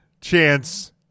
chance